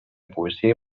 policia